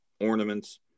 ornaments